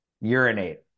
urinate